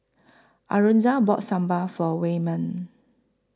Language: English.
Alonza bought Sambal For Wayman